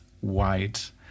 white